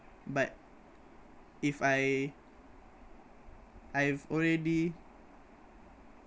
but if I I've already